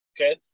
Okay